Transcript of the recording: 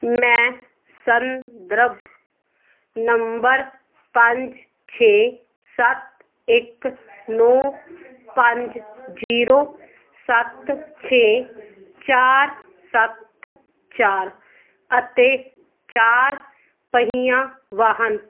ਮੈਂ ਸੰਦਰਭ ਨੰਬਰ ਪੰਜ ਛੇ ਸੱਤ ਇੱਕ ਨੌਂ ਪੰਜ ਜੀਰੋ ਸੱਤ ਛੇ ਚਾਰ ਸੱਤ ਚਾਰ ਅਤੇ ਚਾਰ ਪਹੀਆ ਵਾਹਨ